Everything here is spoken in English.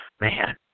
man